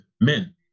men